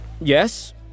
Yes